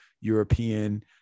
European